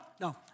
No